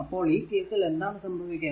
അപ്പോൾ ഈ കേസിൽ എന്താണ് സംഭവിക്കുക